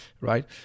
right